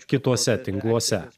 kituose tinkluose